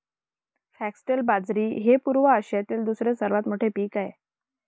foxtail बाजरी हे पूर्व आशियातील दुसरे सर्वात मोठे पीक आहे